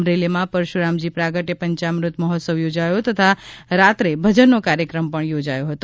અમરેલીમાં પરશુરામજી પ્રાગ્ટય પંચામ્રત મહોત્સવ યોજાયો તથા રાત્રે ભજનનો કાર્યક્રમ યોજાયો હતો